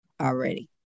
already